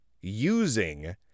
using